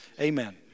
amen